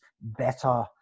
better